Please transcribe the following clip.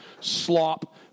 slop